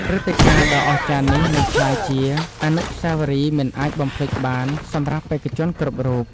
ព្រឹត្តិការណ៍ដ៏អស្ចារ្យនេះនឹងក្លាយជាអនុស្សាវរីយ៍មិនអាចបំភ្លេចបានសម្រាប់បេក្ខជនគ្រប់រូប។